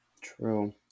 True